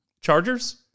Chargers